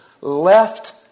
left